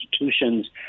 institutions